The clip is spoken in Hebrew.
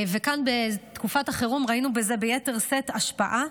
וכאן בתקופת החירום ראינו בזה ביתר שאת השפעה,